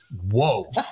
whoa